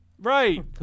Right